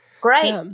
Great